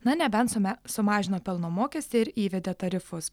na nebent sume sumažino pelno mokestį ir įvedė tarifus